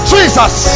Jesus